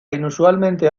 inusualmente